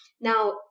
Now